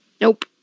Nope